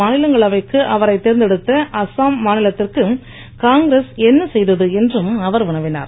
மாநிலங்களவைக்கு அவரை தேர்ந்தெடுத்த அஸ்ஸாம் மாநிலத்திற்கு காங்கிரஸ் என்ன செய்தது என்றும் அவர் வினவினார்